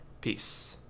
Peace